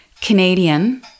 Canadian